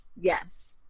Yes